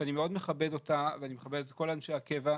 שאני מאוד מכבד אותה ואני מכבד את כל אנשי הקבע.